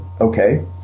Okay